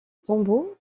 tombeau